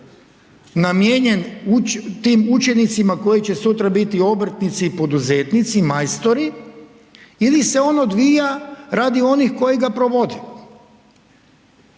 namijenjen tim učenicima koji će sutra biti obrtnici poduzetnici i majstori ili se on odvija radi onih koji ga provode?